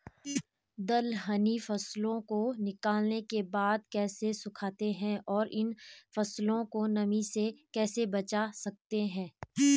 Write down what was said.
दलहनी फसलों को निकालने के बाद कैसे सुखाते हैं और इन फसलों को नमी से कैसे बचा सकते हैं?